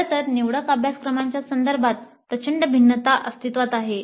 खरं तर निवडक अभ्यासक्रमांच्या संदर्भात प्रचंड भिन्नता अस्तित्वात आहे